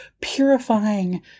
purifying